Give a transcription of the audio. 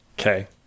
Okay